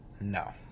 no